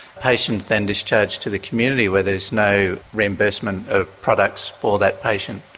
patients then discharge to the community where there is no reimbursement of products for that patient.